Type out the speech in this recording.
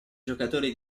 giocatori